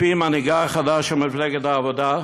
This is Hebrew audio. מפי מנהיגה החדש של מפלגת העבודה: